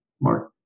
Mark